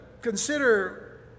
consider